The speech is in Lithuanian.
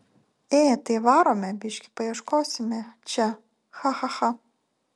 ė tai varome biškį paieškosime čia cha cha cha